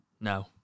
No